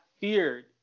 feared